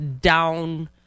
down